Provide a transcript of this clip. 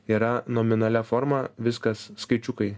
yra nominalia forma viskas skaičiukai